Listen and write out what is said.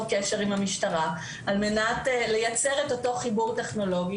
קשר עם המשטרה על מנת ליצור את אותו חיבור טכנולוגי